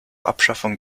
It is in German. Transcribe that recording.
abschaffung